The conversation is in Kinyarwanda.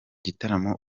gitaramo